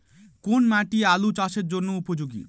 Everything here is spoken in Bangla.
কোন মাটি আলু চাষের জন্যে উপযোগী?